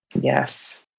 Yes